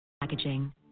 Packaging